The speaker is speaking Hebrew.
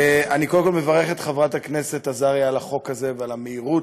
אני קודם כול מברך את חברת הכנסת עזריה על החוק הזה ועל המהירות,